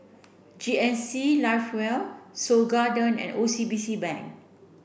G N C live well Seoul Garden and O C B C Bank